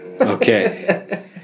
Okay